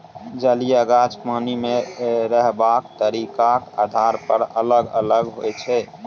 जलीय गाछ पानि मे रहबाक तरीकाक आधार पर अलग अलग होइ छै